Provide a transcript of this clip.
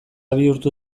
bihurtu